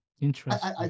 Interesting